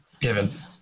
given